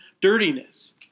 dirtiness